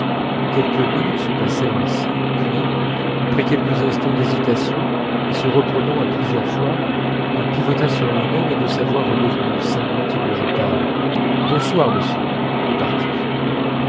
quelques minutes se passèrent ainsi puis après quelques instants d'hésitation et se reprenant à plusieurs fois il pivota sur lui-même et de sa voix redevenue cinglante il me jeta bonsoir monsieur et partit